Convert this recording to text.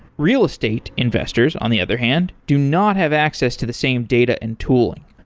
real estate investors on the other hand do not have access to the same data and tooling.